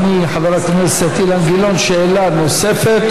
אדוני חבר הכנסת אילן גילאון, שאלה נוספת.